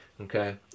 okay